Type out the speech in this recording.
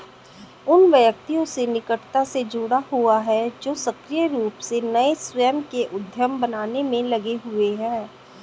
उन व्यक्तियों से निकटता से जुड़ा हुआ है जो सक्रिय रूप से नए स्वयं के उद्यम बनाने में लगे हुए हैं